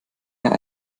eine